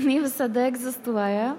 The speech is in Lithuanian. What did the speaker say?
jinai visada egzistuoja